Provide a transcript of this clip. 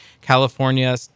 California